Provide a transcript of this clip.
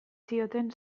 zioten